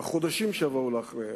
והחודשים שיבואו אחריו,